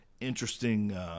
interesting –